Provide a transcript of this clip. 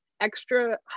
extra